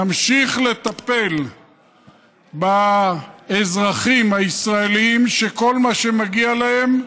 נמשיך לטפל באזרחים הישראלים, שכל מה שמגיע להם,